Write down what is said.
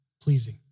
pleasing